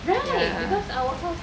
ya